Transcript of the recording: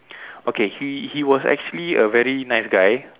okay he he was actually a very nice guy